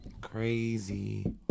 Crazy